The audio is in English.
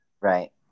Right